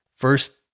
First